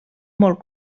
molt